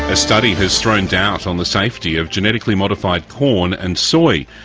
ah study has thrown doubt on the safety of genetically modified corn and soy.